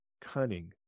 cunning